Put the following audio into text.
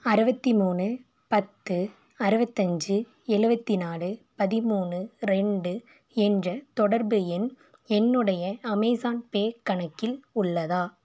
அறுபத்தி மூணு பத்து அறுபத்தஞ்சி எழுவத்தி நாலு பதிமூணு ரெண்டு என்ற தொடர்பு எண் என்னுடைய அமேஸான்பே கணக்கில் உள்ளதா